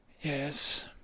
Yes